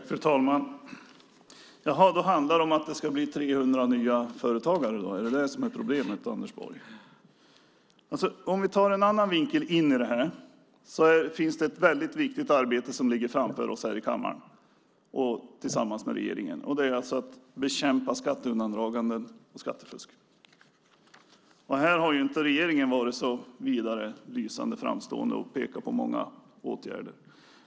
Fru talman! Jaha, då handlar det om att det ska bli 300 nya företagare. Är det detta som är problemet, Anders Borg? Om vi ser det från en annan synvinkel finns det ett väldigt viktigt arbete som ligger framför oss här i kammaren tillsammans med regeringen, och det är att bekämpa skatteundandraganden och skattefusk. Här har regeringen inte varit så lysande och framstående och pekat på många åtgärder.